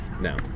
No